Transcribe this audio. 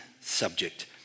subject